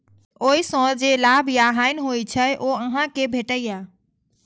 ओइ सं जे लाभ या हानि होइ छै, ओ अहां कें भेटैए